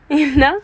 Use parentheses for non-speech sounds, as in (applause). (laughs) என்ன:enna